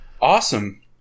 Awesome